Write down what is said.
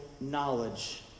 knowledge